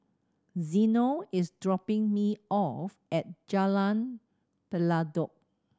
Zeno is dropping me off at Jalan Pelatok